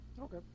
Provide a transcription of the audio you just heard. Okay